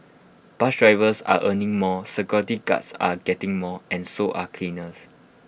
bus drivers are earning more security guards are getting more and so are cleaners